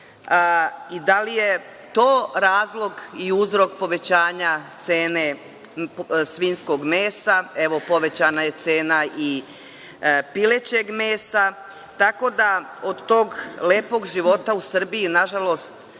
Da li je to razlog i uzrok povećanja cene svinjskog mesa? Evo, povećana je cena i pilećeg mesa. Tako da, od tog lepog života u Srbiji, nažalost,